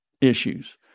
issues